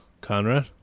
Conrad